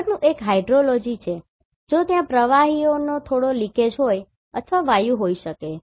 આગળનું એક હાઇડ્રોલોજી છે જો ત્યાં પ્રવાહીનો થોડો લિકેજ હોય અથવા વાયુઓ હોઈ શકે